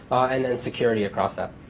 and then security across that.